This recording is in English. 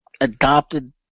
adopted